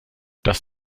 das